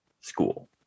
school